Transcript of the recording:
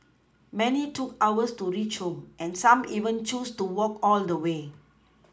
many took hours to reach home and some even chose to walk all the way